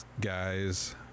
guys